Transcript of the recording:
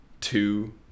two